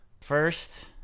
First